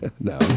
No